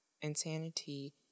insanity